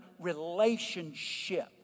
relationship